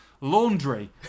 laundry